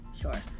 Sure